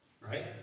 right